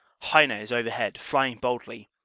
heine is overhead, flying boldly,